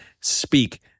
speak